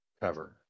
cover